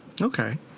Okay